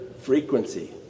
frequency